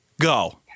Go